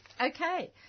Okay